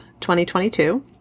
2022